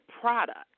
product